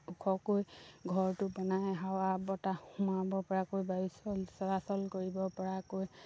ওখকৈ ঘৰটো বনাই হাৱা বতাহ সোমাব পৰাকৈ বায়ু চল চলাচল কৰিব পৰাকৈ